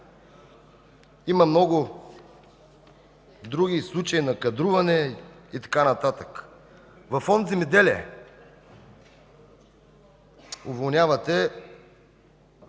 Има много други случаи на кадруване и така нататък. Във Фонд „Земеделие” уволнявате